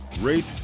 rate